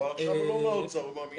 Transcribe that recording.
אבל עכשיו הוא לא מהאוצר, הוא מהמינהל.